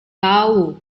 tahu